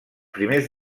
primers